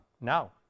Now